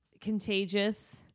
contagious